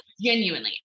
genuinely